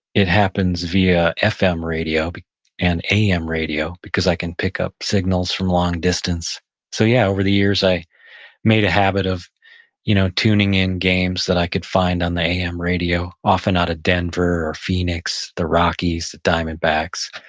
it happens via fm radio but and am radio because i can pick up signals from long distance so yeah, over the years, i made a habit of you know tuning in games that i could find on the am radio, often out of denver or phoenix, the rockies, the diamondbacks,